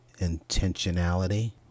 intentionality